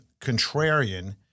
contrarian